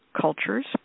cultures